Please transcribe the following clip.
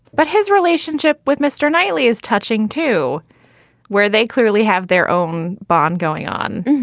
but his relationship with mr knightley is touching to where they clearly have their own bond going on.